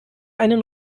einen